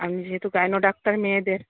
আপনি যেহেতু gyno doctor মেয়েদের